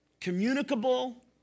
communicable